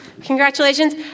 congratulations